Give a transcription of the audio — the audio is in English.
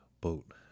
boat